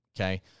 Okay